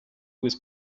was